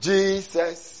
Jesus